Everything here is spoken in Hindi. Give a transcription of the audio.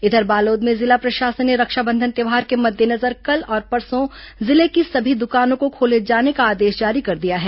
इधर बालोद में जिला प्रशासन ने रक्षाबंधन त्यौहार के मद्देनजर कल और परसों जिले की सभी दुकानों को खोले जाने का आदेश जारी कर दिया है